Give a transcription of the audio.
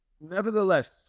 Nevertheless